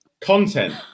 Content